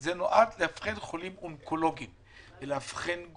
נועד לאבחן חולים אונקולוגיים וגרורות.